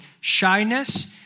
shyness